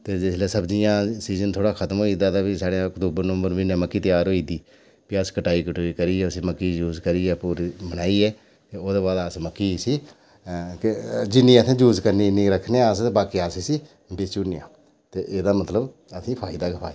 जिसलै सब्जियां दा सीजन थोह्ड़ा खत्म होई जंदा ते साढ़े अक्तूबर नवंबर म्हीने मक्की त्यार होई जंदी भी अस कटाई कटुई करियै अस उस मक्की ई यूज करियै पूनी बनाइयै ओह्दे बाद अस मक्की जिन्नी असें यूज करनी उन्नी रक्खनी बाकी अस इसी बेची ओड़ने आं ते एह्दा मतलब असें गी फायदा ई फायदा